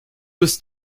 was